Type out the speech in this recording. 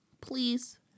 Please